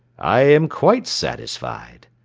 i am quite satisfied,